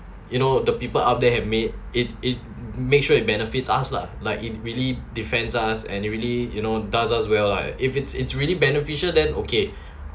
you know the people up there had made it it make sure it benefits us lah like it really defence us and it really you know does as well lah if it's it's really beneficial then okay